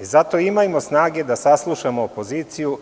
Zato imajmo snage da saslušamo opoziciju